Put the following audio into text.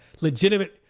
legitimate